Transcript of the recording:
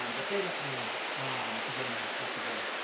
but they let me in to get a master's degree.